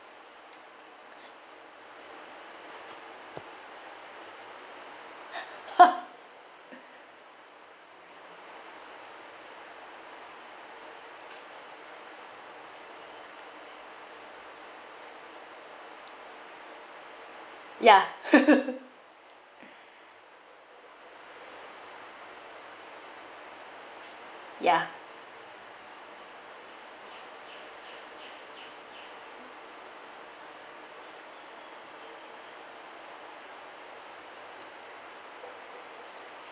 ha ya ya